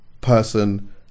person